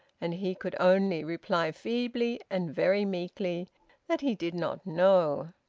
and he could only reply feebly and very meekly that he did not know.